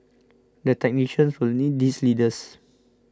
the technicians will need these leaders